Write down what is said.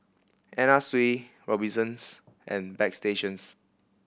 Anna Sui Robinsons and Bagstationz